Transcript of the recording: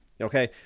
Okay